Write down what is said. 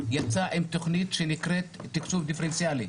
עם תוכנית שנקראת תקצוב דיפרנציאלי